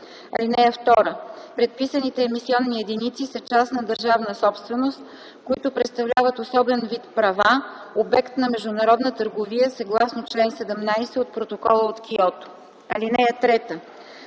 (2) Предписаните емисионни единици са частна държавна собственост, които представляват особен вид права – обект на международна търговия съгласно чл. 17 от Протокола от Киото. (3)